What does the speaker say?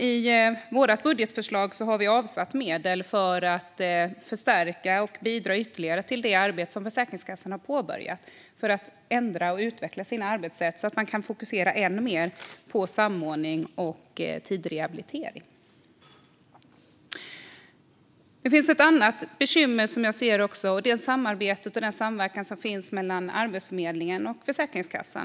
I vårt budgetförslag har vi avsatt medel för att förstärka och bidra ytterligare till det arbete som Försäkringskassan har påbörjat för att ändra och utveckla sina arbetssätt så att man kan fokusera ännu mer på samordning och tidig rehabilitering. Det finns ett annat bekymmer, nämligen samarbetet och den samverkan som finns mellan Arbetsförmedlingen och Försäkringskassan.